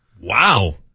Wow